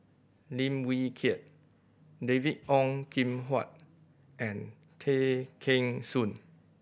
Lim Wee Kiak David Ong Kim Huat and Tay Kheng Soon